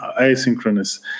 asynchronous